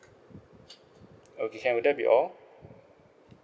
okay can would that be all